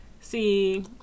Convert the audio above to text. See